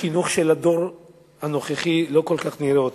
בחינוך של הדור הנוכחי לא כל כך נראה אותו,